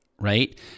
right